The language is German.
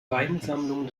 weinsammlung